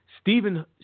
Stephen